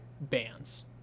bands